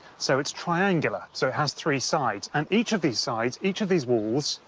so, it's triangular, so it has three sides. and each of these sides, each of these walls,